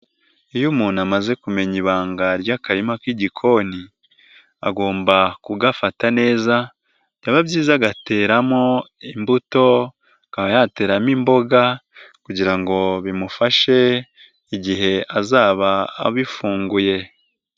Iyo umuntu amaze kumenya ibanga ry'akarima k'igikoni, agomba kugafata neza, byaba byiza agateramo imbuto, akaba yateramo imboga kugira ngo bimufashe igihe azaba abifunguye.